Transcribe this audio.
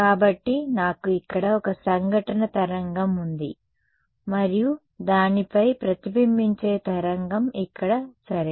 కాబట్టి నాకు ఇక్కడ ఒక సంఘటన తరంగం ఉంది మరియు దాని పై ప్రతిబింబించే తరంగం ఇక్కడ సరే